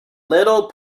little